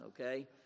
okay